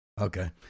Okay